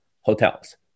hotels